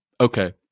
Okay